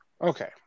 Okay